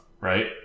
Right